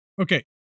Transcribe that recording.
Okay